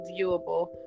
viewable